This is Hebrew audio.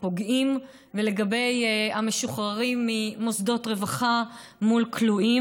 הפוגעים ולגבי המשוחררים ממוסדות רווחה מול כלואים.